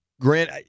Grant